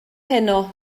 heno